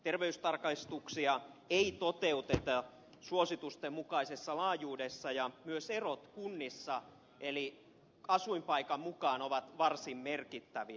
terveystarkastuksia ei toteuteta suositusten mukaisessa laajuudessa ja myös erot kunnissa asuinpaikan mukaan ovat varsin merkittäviä